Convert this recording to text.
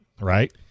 right